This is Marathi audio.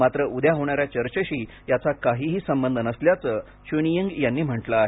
मात्र उद्या होणा या चर्चेशी याचा काहीही संबध नसल्याचं चुनयिंग यांनी म्हटलं आहे